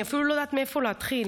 אני אפילו לא יודעת מאיפה להתחיל.